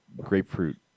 grapefruit